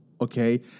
Okay